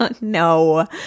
No